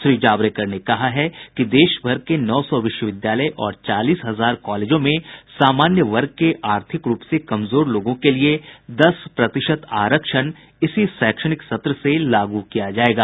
श्री जावड़ेकर ने कहा है कि देशभर के नौ सौ विश्वविद्यालय और चालीस हजार कॉलेजों में सामान्य वर्ग के आर्थिक रूप से कमजोर लोगों के लिए दस प्रतिशत आरक्षण इसी शैक्षणिक सत्र से लागू किया जायेगा